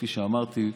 כפי שאמרתי,